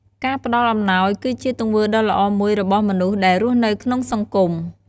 ការផ្តល់អំណោយគឺជាទង្វើដ៏ល្អមួយរបស់មនុស្សដែលរស់នៅក្នុងសង្គម។